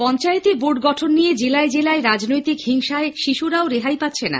পঞ্চায়েতে বোর্ড গঠন নিয়ে জেলায় জেলায় রাজনৈতিক হিংসায় শিশুরাও রেহাই পাচ্ছে না